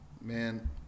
Man